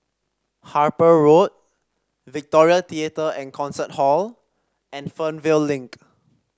Harper Road Victoria Theatre and Concert Hall and Fernvale Link